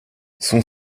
son